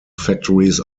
factories